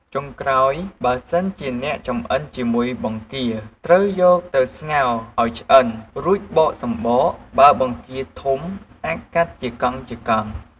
ចុងក្រោយ បើសិនជាអ្នកចម្អិនជាមួយបង្គា ត្រូវយកទៅស្ងោរឱ្យឆ្អិនរួចបកសំបក បើបង្គាធំអាចកាត់ជាកង់ៗ។